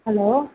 hello